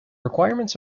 requirements